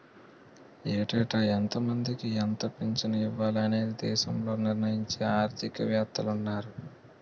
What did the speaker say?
ఏటేటా ఎంతమందికి ఎంత పింఛను ఇవ్వాలి అనేది దేశంలో నిర్ణయించే ఆర్థిక వేత్తలున్నారు